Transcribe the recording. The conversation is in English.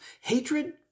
Hatred